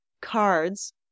cards